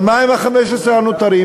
אבל מה עם ה-15% הנותרים?